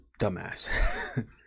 dumbass